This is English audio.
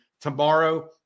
Tomorrow